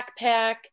backpack